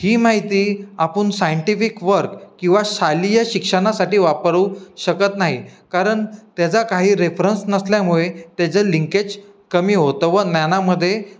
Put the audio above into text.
ही माहिती आपण scientific work किंवा शालेय शिक्षणासाठी वापरू शकत नाही कारण त्याचा काही रेफरन्स नसल्यामुळे त्याचं लिंकेज कमी होतं व ज्ञानामध्ये